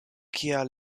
kial